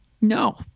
No